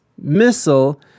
missile